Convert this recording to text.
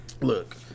Look